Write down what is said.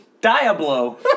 Diablo